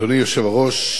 אדוני היושב-ראש,